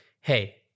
Hey